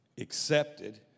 accepted